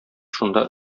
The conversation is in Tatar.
шунда